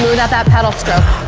up that peddle stroke.